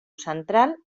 central